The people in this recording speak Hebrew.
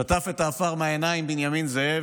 הוא שטף את העפר מהעיניים, בנימין זאב,